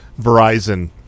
Verizon